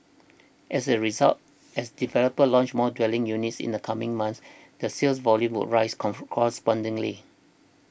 as a result as developers launch more dwelling units in the coming months the sales volume would rise correspondingly